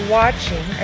watching